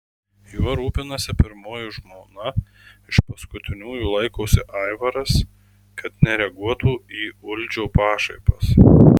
juo rūpinasi pirmoji žmona iš paskutiniųjų laikosi aivaras kad nereaguotų į uldžio pašaipas